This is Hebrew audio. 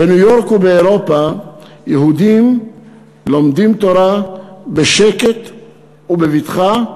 בניו-יורק ובאירופה יהודים לומדים תורה בשקט ובבטחה,